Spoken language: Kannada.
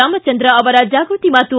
ರಾಮಚಂದ್ರ ಅವರ ಜಾಗ್ಬತಿ ಮಾತು